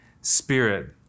Spirit